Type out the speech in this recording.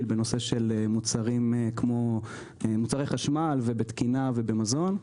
בנושא של מוצרים כמו מוצרי חשמל ותקינה ומזון.